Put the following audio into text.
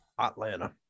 Atlanta